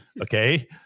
Okay